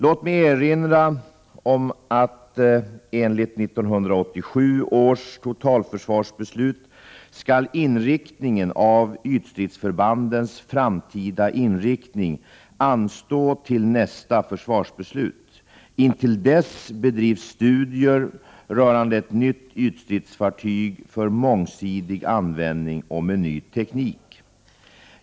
Låt mig erinra om att enligt 1987 års totalförsvarsbeslut skall inriktningen av ytstridsförbandens framtida inriktning anstå till nästa försvarsbeslut. Intill dess bedrivs studier rörande ett nytt ytstridsfartyg för mångsidig användning och med ny teknik.